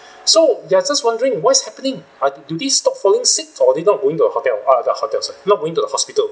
so they're just wondering what's happening uh do they stop falling sick or did not going to the hotel uh not hotels sorry not going to the hospital